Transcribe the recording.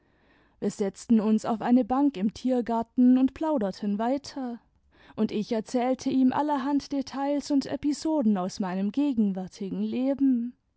wir setzten uns auf eine bank im tiergarten und plauderten weiter und ich erzählte ihm allerhand details und episoden aus meinem gegenwärtigen leben